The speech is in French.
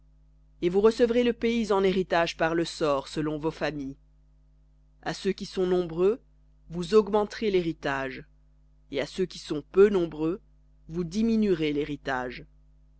et vous recevrez le pays en héritage par le sort selon vos familles à ceux qui sont nombreux vous augmenterez l'héritage et à ceux qui sont peu nombreux vous diminuerez l'héritage